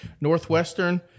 Northwestern